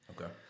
Okay